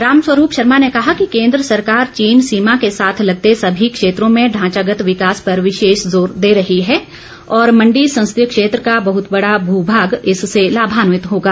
रामस्वरूप शर्मा ने कहा कि केंद्र सरकार चीन सीमा के साथ लगते सभी क्षेत्रों में ढांचागत विकास पर विशेष जोर दे रही है और मंडी संसदीय क्षेत्र का बहत बड़ा भू भाग इससे लाभान्यित होगा